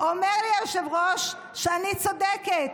אומר לי היושב-ראש שאני צודקת.